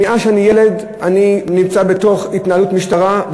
מאז שאני ילד אני נמצא בתוך התנהלות משטרה,